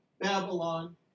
Babylon